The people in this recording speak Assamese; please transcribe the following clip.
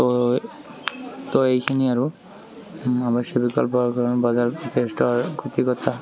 তো তো এইখিনিয়ে আৰু আমাৰ বেছি বিকল্প বজাৰ জ্যেষ্ঠৰ